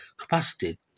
capacity